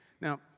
Now